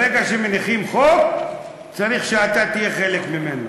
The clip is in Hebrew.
ברגע שמניחים חוק צריך שאתה תהיה חלק ממנו,